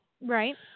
right